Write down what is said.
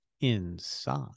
inside